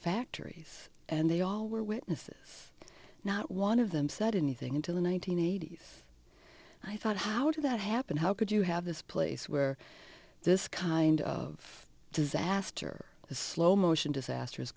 factories and they all were witnesses not one of them said anything until the one nine hundred eighty s i thought how did that happen how could you have this place where this kind of disaster a slow motion disast